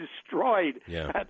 destroyed